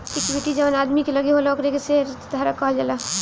equity जवन आदमी के लगे होला ओकरा के शेयर धारक कहल जाला